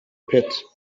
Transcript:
pit